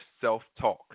self-talk